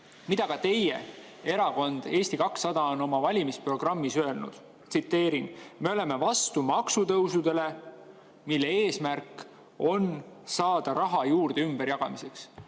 mida teie erakond Eesti 200 on oma valimisprogrammis öelnud. Tsiteerin: "Me oleme vastu maksutõusudele, mille eesmärk on saada raha juurde ümberjagamiseks."